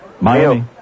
Miami